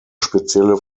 spezielle